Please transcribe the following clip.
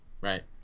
right